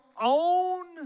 own